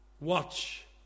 Watch